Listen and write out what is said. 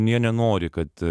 jie nenori kad